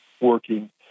working